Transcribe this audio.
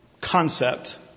concept